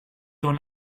dans